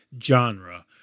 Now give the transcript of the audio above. genre